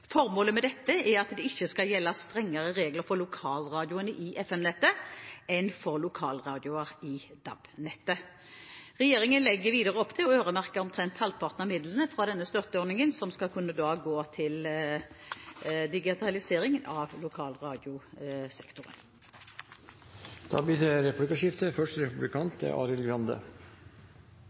Formålet med dette er at det ikke skal gjelde strengere regler for lokalradioene i FM-nettet enn for lokalradioer i DAB-nettet. Regjeringen legger videre opp til å øremerke omtrent halvparten av midlene fra denne støtteordningen som skal kunne gå til digitalisering av lokalradiosektoren. Det blir replikkordskifte. Det